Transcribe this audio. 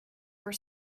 were